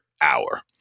hour